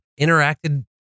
interacted